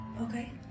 Okay